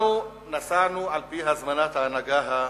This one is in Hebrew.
אנחנו נסענו לשם על-פי הזמנת ההנהגה הלובית,